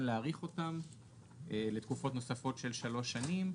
להאריך אותם לתקופות נוספות של שלוש שנים,